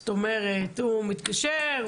זאת אומרת הוא מתקשר,